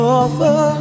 offer